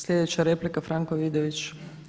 Sljedeća replika Franko Vidović.